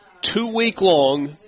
two-week-long